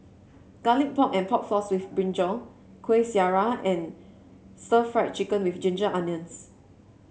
Garlic Pork and Pork Floss with brinjal Kueh Syara and Stir Fried Chicken with Ginger Onions